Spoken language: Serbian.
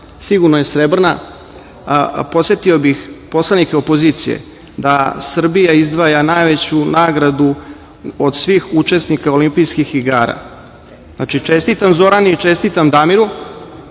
sigurno je srebrna. Podsetio bih predstavnike opozicije da Srbija izdvaja najveću nagradu od svih učesnika Olimpijskih igara. Znači, čestitam Zorani i čestitam Damiru,